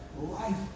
life